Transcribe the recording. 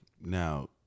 Now